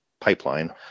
pipeline